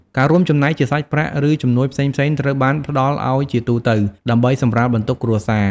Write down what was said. ការរួមចំណែកជាសាច់ប្រាក់ ឬជំនួយផ្សេងៗត្រូវបានផ្តល់ឱ្យជាទូទៅ ដើម្បីសម្រាលបន្ទុកគ្រួសារ។